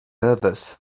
nervous